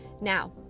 Now